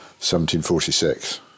1746